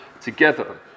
together